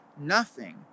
nothing